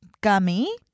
gummy